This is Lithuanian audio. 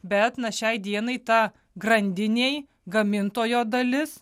bet na šiai dienai ta grandinėj gamintojo dalis